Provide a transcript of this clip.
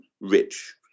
rich